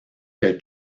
que